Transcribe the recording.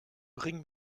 bring